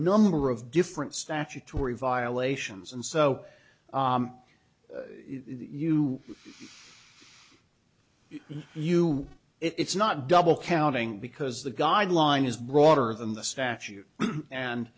number of different statutory violations and so you yes you it's not double counting because the guideline is broader than the statute and